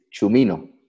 Chumino